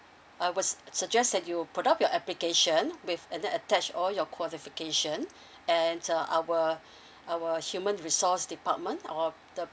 I will suggest that you put up your application with and then attach all your qualification and uh our our human resource department or the